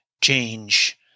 change